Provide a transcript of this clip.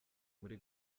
muri